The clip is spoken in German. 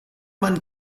man